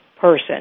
person